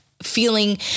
Feeling